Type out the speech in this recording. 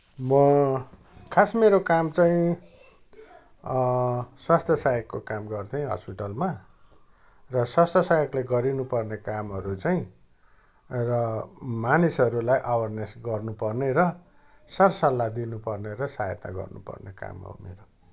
म खास मेरो काम चाहिँ स्वास्थ्य सहायकको काम गर्थे हस्पिटलमा र स्वास्थ्य सहायकले गर्न पर्ने कामहरू चाहिँ र मानिसहरूलाई अवेरनेस गर्न पर्ने र सर सल्लाह दिनु पर्ने र सहायता गर्नपर्ने काम हो मेरो